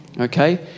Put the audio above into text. okay